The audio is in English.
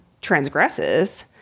transgresses